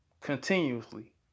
continuously